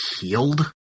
healed